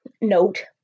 note